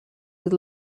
with